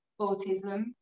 autism